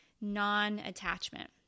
non-attachment